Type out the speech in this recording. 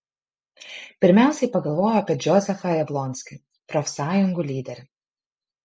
pirmiausiai pagalvojau apie džozefą jablonskį profsąjungų lyderį